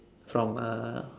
from a